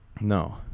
No